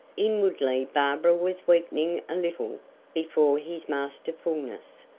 inwardly barbara was weakening a little before his masterfulness.